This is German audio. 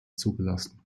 zugelassen